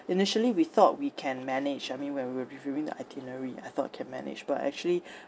initially we thought we can manage I mean when we were reviewing the itinerary I thought can manage but actually